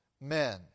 men